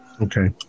okay